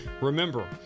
Remember